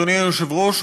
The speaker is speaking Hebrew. אדוני היושב-ראש,